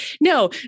no